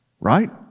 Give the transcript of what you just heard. right